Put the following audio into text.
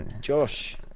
Josh